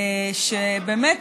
שבאמת,